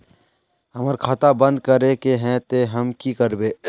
हमर खाता बंद करे के है ते हम की करबे?